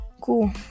cool